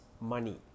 money